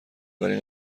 ولی